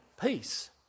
peace